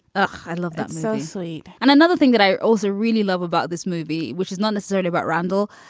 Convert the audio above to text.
ah i love. that's so sweet and another thing that i also really love about this movie, which is not necessarily about randall,